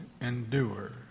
endure